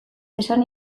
esan